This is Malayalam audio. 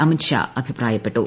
അമിത്ഷാ അഭിപ്രായ പ്പെട്ടു